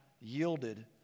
yielded